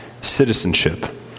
Citizenship